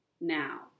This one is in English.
now